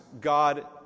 God